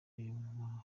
uyu